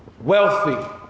wealthy